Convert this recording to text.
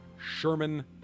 Sherman